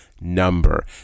number